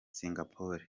singapore